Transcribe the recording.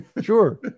Sure